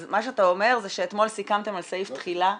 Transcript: אז מה שאתה אומר זה שאתמול סיכמתם על סעיף תחילה.